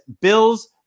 bill's